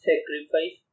Sacrifice